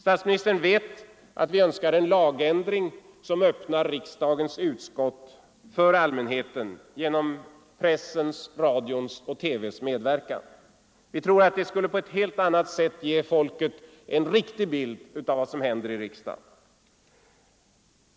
Statsministern vet att vi önskar en lagändring som öppnar riksdagens utskott för allmänheten genom pressens, radions och televisionens medverkan. Vi tror att det på ett helt annat sätt skulle ge folket en riktig bild av vad som händer i riksdagen.